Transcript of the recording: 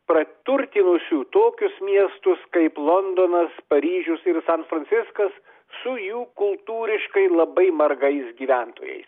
praturtinusių tokius miestus kaip londonas paryžius ir san franciskas su jų kultūriškai labai margais gyventojais